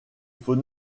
faut